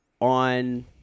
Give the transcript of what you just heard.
on